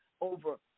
over